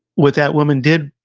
what that woman did,